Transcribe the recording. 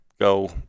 go